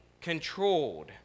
controlled